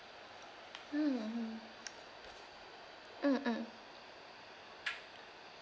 mm mm mm